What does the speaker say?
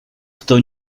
kto